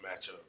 matchup